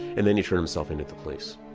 and then he turned himself into the police.